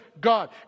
God